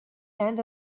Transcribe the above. end